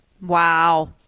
Wow